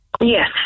Yes